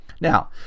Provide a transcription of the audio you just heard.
Now